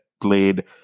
played